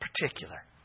particular